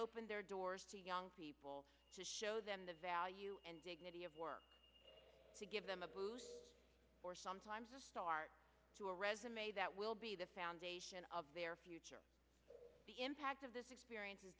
opened their doors to young people to show them the value and dignity of work to give them a or sometimes the start to a resume that will be the foundation of their future the impact of this experience is